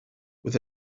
with